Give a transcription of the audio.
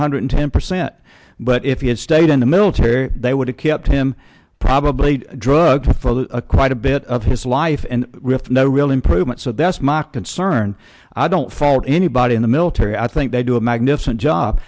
hundred ten percent but if he had stayed in the military they would have kept him probably drugs for a quite a bit of his life and with no real improvement so this mock concern i don't fault anybody in the military i think they do a magnificent job